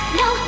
no